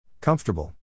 Comfortable